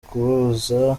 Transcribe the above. kubabaza